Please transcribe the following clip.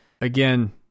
Again